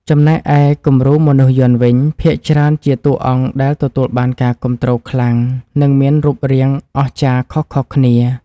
ចំណែកឯគំរូមនុស្សយន្តវិញភាគច្រើនជាតួអង្គដែលទទួលបានការគាំទ្រខ្លាំង និងមានរូបរាងអស្ចារ្យខុសៗគ្នា។